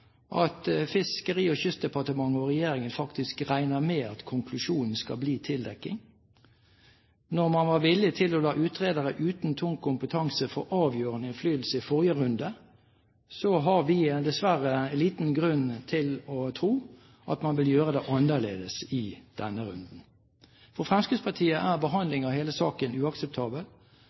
at Fiskeri- og kystdepartementet – og regjeringen – faktisk regner med at konklusjonen skal bli tildekking. Når man var villig til å la utredere uten tung kompetanse få avgjørende innflytelse i forrige runde, har vi dessverre liten grunn til å tro at man vil gjøre det annerledes i denne runden. For Fremskrittspartiet er behandlingen av hele saken uakseptabel.